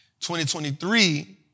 2023